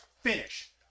finish